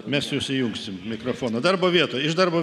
mes jūs įjungsim mikrofoną darbo vietoj iš darbo